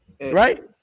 Right